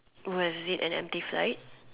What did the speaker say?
was it an empty flight